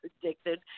predicted